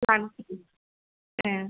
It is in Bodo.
लाना फैगोन ए